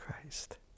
Christ